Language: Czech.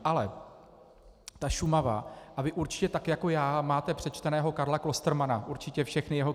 Ale Šumava, a vy určitě tak jako já máte přečteného Karla Klostermanna, určitě všechny jeho knížky.